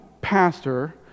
pastor